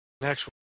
next